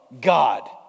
God